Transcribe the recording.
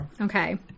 okay